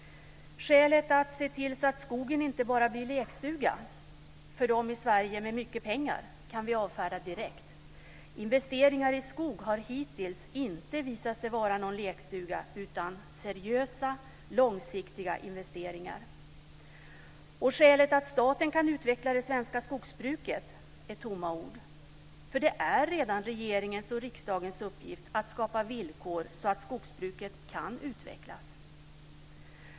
Skälet att se till att "skogen inte bara blir lekstuga för de i Sverige med mycket pengar" kan vi avfärda direkt. Investeringar i skog har hittills inte visat sig vara någon lekstuga, utan det har varit seriösa, långsiktiga investeringar. Skälet att "staten kan utveckla det svenska skogsbruket" är tomma ord, för det är redan regeringens och riksdagens uppgift att skapa villkor så att skogsbruket kan utvecklas.